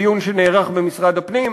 בדיון שנערך במשרד הפנים.